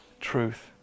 truth